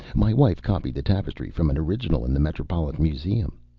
my wife copied the tapestry from an original in the metropolitan museum.